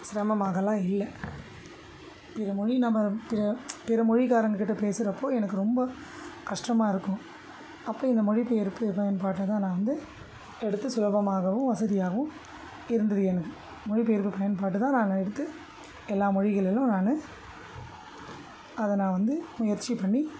சிரமமாகலாம் இல்லை பிற மொழி நம்ம பிற பிறமொழிக்காரங்கக் கிட்டே பேசுகிறப்போ எனக்கு ரொம்ப கஷ்டமாக இருக்கும் அப்போ இந்த மொழிபெயர்ப்பு பயன்பாட்டை தான் நான் வந்து எடுத்து சுலபமாகவும் வசதியாகவும் இருந்தது எனக்கு மொழிபெயர்ப்பு பயன்பாடு தான் நான் நான் எடுத்து எல்லா மொழிகளிலும் நான் அதை நான் வந்து முயற்சி பண்ணி